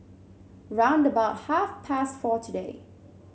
round about half past four today